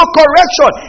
correction